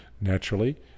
naturally